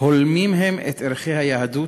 הולמים הם את ערכי היהדות.